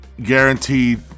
guaranteed